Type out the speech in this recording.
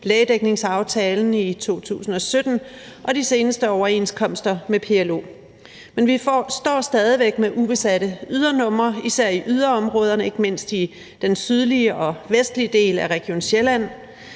lægedækningsaftalen i 2017 og de seneste overenskomster med PLO, men vi står stadig væk med ubesatte ydernumre, især i yderområderne og ikke mindst i den sydlige og vestlige del af region Sjælland.